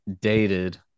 Dated